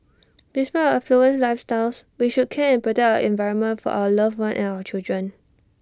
despite our affluent lifestyles we should care and protect our environment for our loved ones and our children